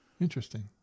Interesting